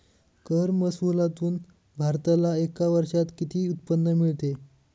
कर महसुलातून भारताला एका वर्षात किती उत्पन्न मिळते?